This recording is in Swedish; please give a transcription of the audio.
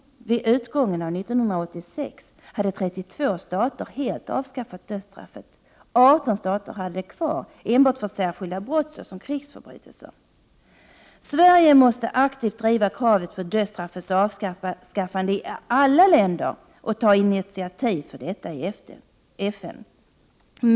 Vid utgången av 1986 hade 32 stater helt avskaffat dödsstraffet. 18 stater hade det kvar enbart för särskilda brott, såsom krigsförbrytelser. Sverige måste aktivt driva kravet på dödsstraffets avskaffande i alla länder och ta initiativ för detta i FN.